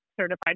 certified